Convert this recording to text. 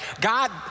God